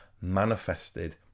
manifested